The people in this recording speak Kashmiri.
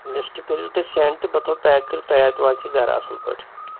لِسٹہٕ کٔرۍزیٚو تُہۍ سیٚنٛڈ تہٕ بہٕ تھَوٕ پیک کٔرِتھ تۄہہِ واتہِ سُہ گَرٕ اَصٕل پٲٹھۍ